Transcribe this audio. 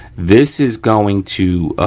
this is going to,